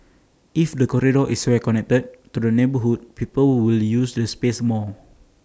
if the corridor is well connected to the neighbourhood people will use the space more